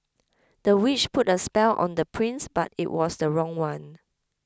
the witch put a spell on the prince but it was the wrong one